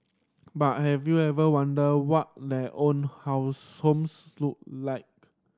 but have you ever wondered what their own house homes look like